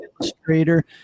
illustrator